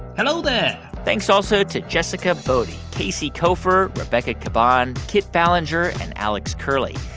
hello there thanks also to jessica boddy, casey koeffer, rebecca caban, kit ballenger and alex curley.